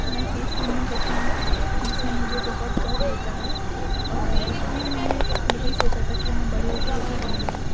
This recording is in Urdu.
میں فیس پیٹنگ کرتی ہوں جس میں مجھے بہت گرو ہوتا ہے اور بچپن میں میں نے یہی سوچا تھا کہ میں بڑے ہو کے یہی بنوں گی